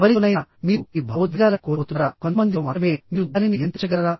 ఎవరితోనైనా మీరు మీ భావోద్వేగాలను కోల్పోతున్నారా కొంతమందితో మాత్రమే మీరు దానిని నియంత్రించగలరా